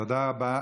תודה רבה.